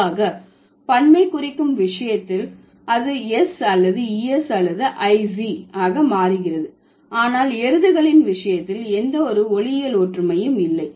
பொதுவாக பன்மை குறிக்கும் விஷயத்தில் அது s அல்லது es அல்லது iz ஆக மாறுகிறது ஆனால் எருதுகளின் விஷயத்தில் எந்தவொரு ஒலியியல் ஒற்றுமையும் இல்லை